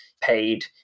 paid